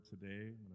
today